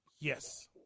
Yes